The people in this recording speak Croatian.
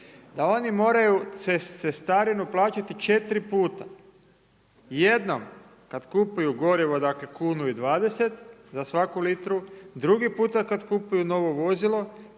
da oni moraju cestarinu plaćati 4 puta. Jednom kad kupuju gorivo, dakle kunu i 20 za svaku litru. Drugi put kad kupuju novo vozilo,